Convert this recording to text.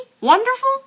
wonderful